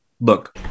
look